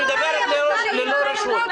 את מדברת ללא רשות.